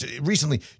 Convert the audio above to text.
recently